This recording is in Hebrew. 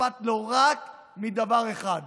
אכפת לו רק מדבר אחד: